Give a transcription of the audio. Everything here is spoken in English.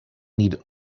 need